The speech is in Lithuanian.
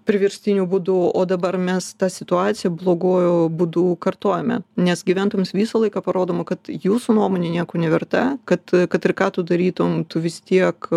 priverstiniu būdu o dabar mes tą situaciją bloguoju būdų kartojame nes gyventojams visą laiką parodoma kad jūsų nuomonė nieko neverta kad kad ir ką tu darytum tu vis tiek